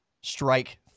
strike